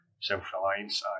self-reliance